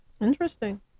Interesting